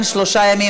הסעיף